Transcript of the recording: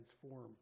transform